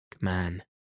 man